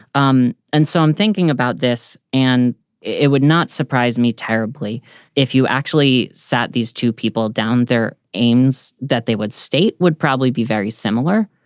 um and so i'm thinking about this. and it would not surprise me terribly if you actually sat these two people down. their aims that they would state would probably be very similar.